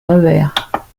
revers